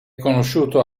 conosciuto